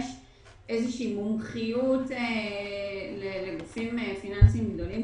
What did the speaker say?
יש איזו שהיא מומחיות לגופים פיננסים גדולים,